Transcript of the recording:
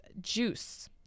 Juice